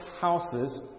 houses